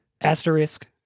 Asterisk